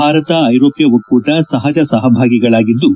ಭಾರತ ಐರೋಪ್ಯ ಒಕ್ಕೂಟ ಸಹಜ ಸಹಭಾಗಿಗಳಾಗಿದ್ದು